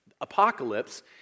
apocalypse